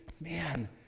man